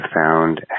found